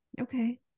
Okay